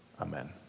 Amen